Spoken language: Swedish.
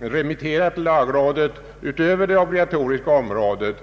remitterar till lagrådet utöver det obligatoriska området.